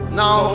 now